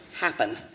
happen